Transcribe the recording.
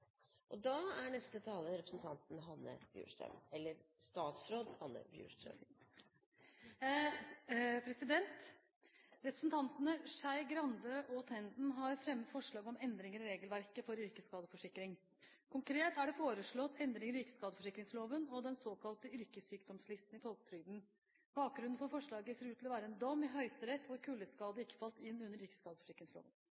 Representantene Skei Grande og Tenden har fremmet forslag om endringer i regelverket for yrkesskadeforsikring. Konkret er det foreslått endringer i yrkesskadeforsikringsloven og den såkalte yrkessykdomslisten i folketrygden. Bakgrunnen for forslaget ser ut til å være en dom i Høyesterett, hvor